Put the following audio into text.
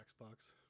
Xbox